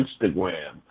Instagram